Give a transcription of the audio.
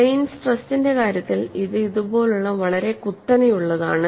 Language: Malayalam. പ്ലെയ്ൻ സ്ട്രെസ്സിന്റെ കാര്യത്തിൽ ഇത് ഇതുപോലുള്ള വളരെ കുത്തനെയുള്ളതാണ്